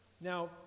Now